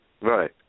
Right